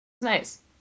nice